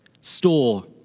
Store